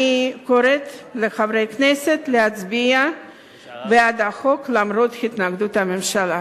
אני קוראת לחברי הכנסת להצביע בעד החוק למרות התנגדות הממשלה.